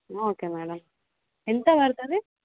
okay madam ఎంత పడుతుంది